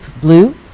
blue